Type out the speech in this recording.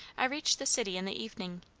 i reached the city in the evening,